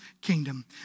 kingdom